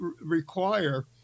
require